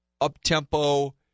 up-tempo